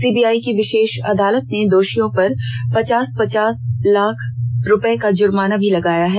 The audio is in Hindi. सीबीआई की विषेष अदालत ने दोषियों पर पचास पचास लाख रूपये का जुर्माना भी लगाया है